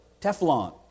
Teflon